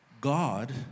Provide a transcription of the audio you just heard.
God